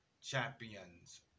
champions